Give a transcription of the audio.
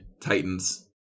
Titans